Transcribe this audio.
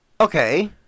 Okay